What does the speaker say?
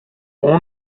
اون